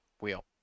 wheel